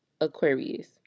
Aquarius